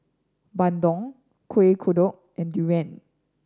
Bandung Kuih Kodok and Durian